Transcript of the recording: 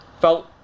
felt